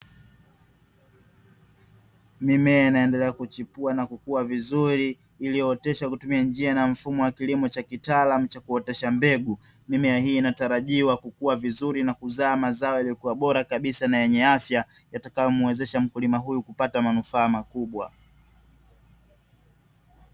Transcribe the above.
Mimea inaendelea kuchipua na kukua vizuri iliyooteshwa kutumia njia na mfumo wa killimo cha kitaalamu cha kuotesha mbegu. Mimea hii inatarajiwa kukua vizuri na kuzaa mazao yaliyokuwa bora kabisa na yenye afya yatakayomuwezesha mkulima huyu kupata manufaa makubwa.